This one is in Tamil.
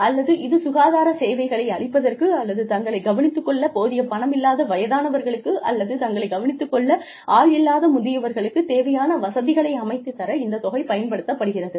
அல்லது இது சுகாதார சேவைகளை அளிப்பதற்கு அல்லது தங்களைக் கவனித்துக் கொள்ள போதிய பணம் இல்லாத வயதானவர்களுக்கு அல்லது தங்களைக் கவனித்துக் கொள்ள ஆள் இல்லாத முதியவர்களுக்கு தேவையான வசதிகளை அமைத்துத் தர இந்த தொகை பயன்படுத்தப்படுகிறது